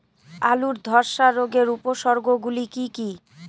আলুর ধ্বসা রোগের উপসর্গগুলি কি কি?